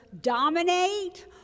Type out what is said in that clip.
dominate